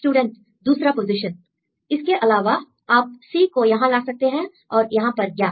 student दूसरा position इसके अलावा आप C को यहां ला सकते हैं और यहां पर gap